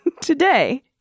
today